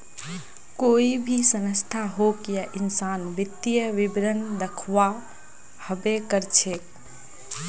कोई भी संस्था होक या इंसान वित्तीय विवरण दखव्वा हबे कर छेक